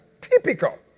Typical